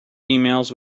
emails